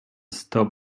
stop